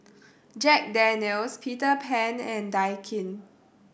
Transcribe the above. Jack Daniel's Peter Pan and Daikin